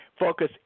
Focus